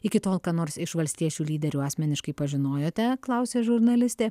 iki tol ką nors iš valstiečių lyderių asmeniškai pažinojote klausė žurnalistė